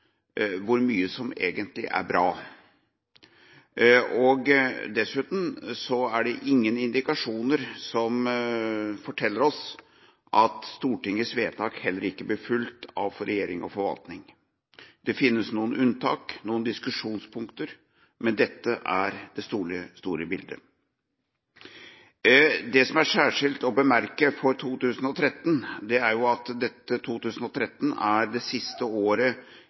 hvor mye som egentlig er bra. Dessuten er det heller ingen indikasjoner som forteller oss at Stortingets vedtak ikke ble fulgt av regjering og forvaltning. Det finnes noen unntak, noen diskusjonspunkter, men dette er det store bildet. Det som er særskilt å bemerke for 2013, er at det er det siste året